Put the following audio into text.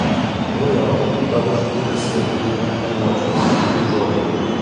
nu jo tavo žinutėse vieni emodžiai jokių žodžių